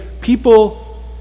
people